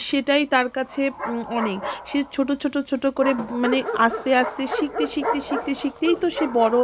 সেটাই তার কাছে অনেক সে ছোটো ছোটো ছোটো করে মানে আস্তে আস্তে শিখতে শিখতে শিখতে শিখতেই তো সে বড়